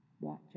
Watch